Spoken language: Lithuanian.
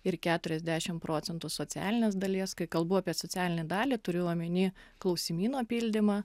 ir keturiasdešim procentų socialinės dalies kai kalbu apie socialinę dalį turiu omeny klausimyno pildymą